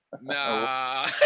Nah